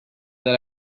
that